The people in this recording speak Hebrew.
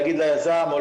להגיד ליזם או